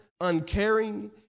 uncaring